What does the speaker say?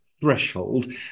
threshold